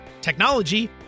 technology